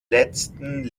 letzten